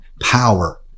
power